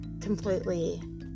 completely